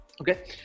Okay